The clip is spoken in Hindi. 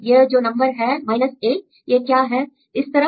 यह जो नंबर है 8 यह क्या है इस तरफ